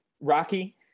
Rocky